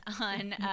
on